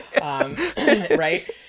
right